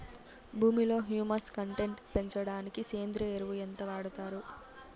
భూమిలో humus content పెంచడానికి సేంద్రియ ఎరువు ఎంత వాడుతారు